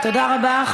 תודה רבה.